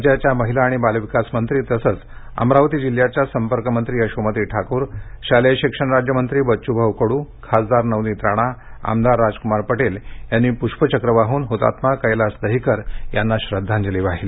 राज्याच्या महिला आणि बालविकास मंत्री तसंच अमरावती जिल्ह्याच्या संपर्कमंत्री यशोमती ठाकूर शालेय शिक्षण राज्यमंत्री बच्चूभाऊ कडू खासदार नवनीत राणा आमदार राजकुमार पटेल यांनी पुष्पचक्र वाहून हुतात्मा कैलास दहिकर यांना श्रद्धांजली वाहिली